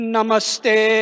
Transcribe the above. Namaste